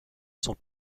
sont